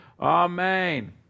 Amen